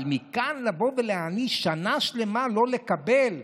אבל מכאן לבוא ולהעניש שנה שלמה לא לקבל,